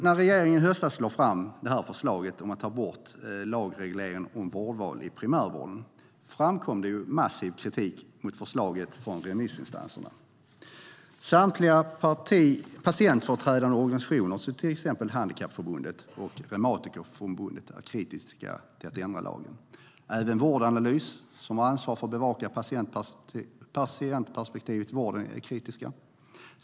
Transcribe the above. När regeringen i höstas lade fram förslaget om att ta bort lagregleringen om vårdval i primärvården framkom det en massiv kritik mot förslaget från remissinstanserna. Samtliga patientföreträdande organisationer, till exempel Handikappförbundet och Reumatikerförbundet, är kritiska till att ändra lagen. Även Vårdanalys, som har ansvar för att bevaka patientperspektivet i vården, är kritiska.